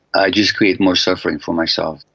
i just create more suffering for myself.